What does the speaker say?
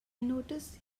notice